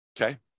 Okay